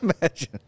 imagine